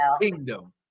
kingdom